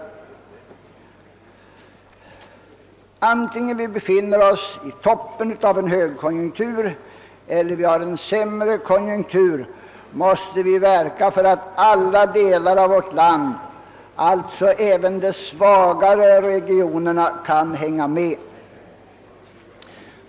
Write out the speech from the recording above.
Vare sig vi befinner oss i toppen av en högkonjunktur eller vi har en sämre konjunktur måste vi verka för att alla delar av vårt land — alltså även de svagare regionerna — kan hänga med.